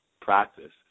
practice